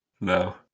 no